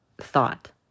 thought